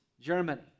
Germany